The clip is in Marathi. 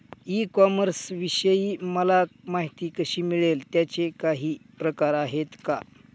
ई कॉमर्सविषयी मला माहिती कशी मिळेल? त्याचे काही प्रकार आहेत का?